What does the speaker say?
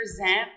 present